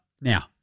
Now